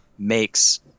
makes